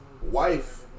wife